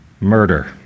murder